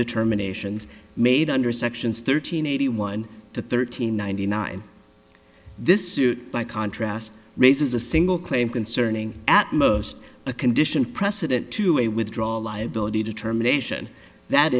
determinations made under sections thirteen eighty one to thirteen ninety nine this suit by contrast raises a single claim concerning at most a condition precedent to a withdrawal liability determination that